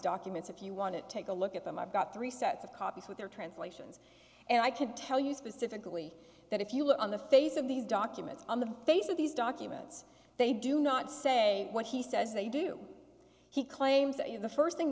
documents if you want to take a look at them i've got three sets of copies with their translations and i can tell you specifically that if you look on the face of these documents on the face of these documents they do not say what he says they do he claims that you know the first thing